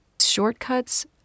Shortcuts